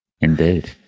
Indeed